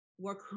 work